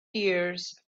tears